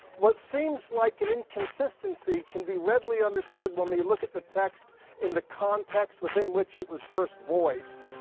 what seems like an inconsistency can be readily understood when we look at the text in the context within which it was first voiced,